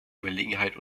überlegenheit